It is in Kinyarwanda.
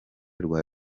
rwa